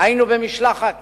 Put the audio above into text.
היינו עכשיו במשלחת